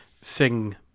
sing